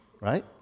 right